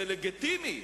זה לגיטימי,